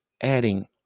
adding